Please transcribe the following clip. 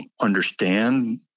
understand